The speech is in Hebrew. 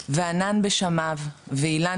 לָאֹרֶךְ וְעָנָן בְּשָׁמָיו וְאִילָן